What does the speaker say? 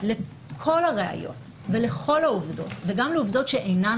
לכל הראיות ולכל העובדות וגם לעובדות שאינן